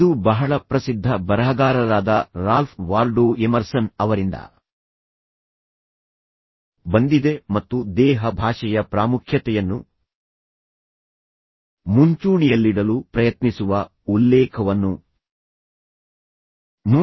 ಇದು ಬಹಳ ಪ್ರಸಿದ್ಧ ಬರಹಗಾರರಾದ ರಾಲ್ಫ್ ವಾಲ್ಡೋ ಎಮರ್ಸನ್ ಅವರಿಂದ ಬಂದಿದೆ ಮತ್ತು ದೇಹ ಭಾಷೆಯ ಪ್ರಾಮುಖ್ಯತೆಯನ್ನು ಮುಂಚೂಣಿಯಲ್ಲಿಡಲು ಪ್ರಯತ್ನಿಸುವ ಉಲ್ಲೇಖವನ್ನು ನೋಡಿ